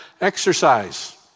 exercise